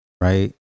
Right